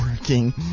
working